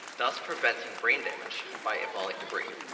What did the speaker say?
thus preventing brain damage by embolic debris.